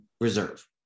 Reserve